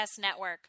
Network